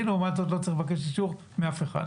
אני לעומת זאת לא צריך לבקש אישור מאף אחד.